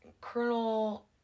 colonel